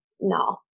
No